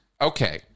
Okay